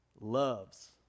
loves